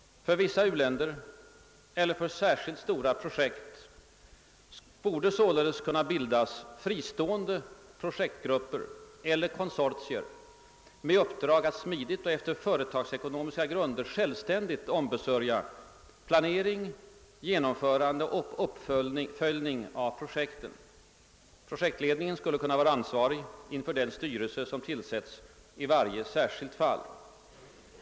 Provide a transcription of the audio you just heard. För vissa u-länder eller för särskilt stora projekt torde kunna bildas fristående projektgrupper eller konsortier med uppdrag att smidigt och efter företagsekonomiska grunder självständigt ombesörja planering, genomförande och uppföljning av projekten. Projektledningen skulle kunna vara ansvarig inför den styrelse som tillsätts i varje särskilt fall.